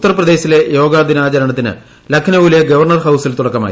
ഉത്തർപ്രദേശിലെ യോഗദിനത്തിന് ലക്നൌവിലെ ഗവർണർ ഹൌസിൽ തുടക്കമായി